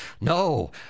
No